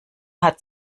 hat